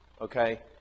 Okay